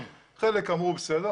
חלק אמרו בסדר,